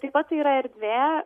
taip pat tai yra erdvė